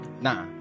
nah